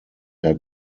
had